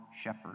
shepherd